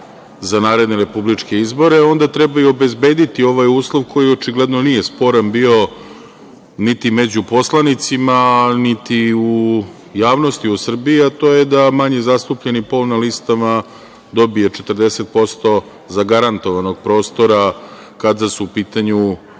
za naredne republičke izbore, onda treba i obezbediti ovaj uslov koji očigledno nije sporan bio niti među poslanicima, niti u javnosti u Srbiji, a to je da manje zastupljeni pol na listama dobije 40% zagarantovanog prostora kada su u pitanju